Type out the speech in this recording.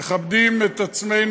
המדיניות שלנו